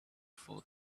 for